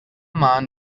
man